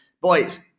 Boys